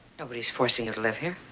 nobody is forcing you to live here.